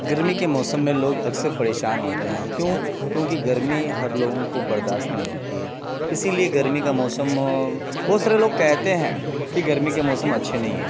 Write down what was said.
گرمی کے موسم میں لوگ اکثر پریشان ہوتے ہیں کیوں کیونکہ گرمی ہر لوگوں کو برداشت نہیں ہوتی ہے اسی لیے گرمی کا موسم بہت سارے لوگ کہتے ہیں کہ گرمی کے موسم اچھے نہیں ہیں